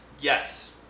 Yes